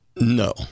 No